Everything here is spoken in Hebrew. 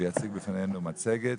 הוא יציג בפנינו מצגת,